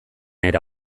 era